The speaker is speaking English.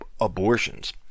abortions